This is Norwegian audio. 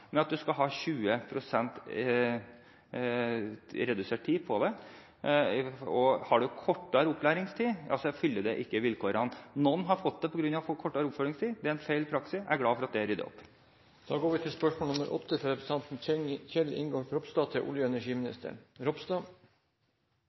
at du skal ha 20 pst. redusert tid. Har du kortere opplæringstid, ja så fyller du ikke vilkårene. Noen har fått det selv med kortere oppfølgingstid. Det er en feil praksis – jeg er glad for at det er ryddet opp i. Jeg har gleden av å stille følgende spørsmål